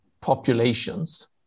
populations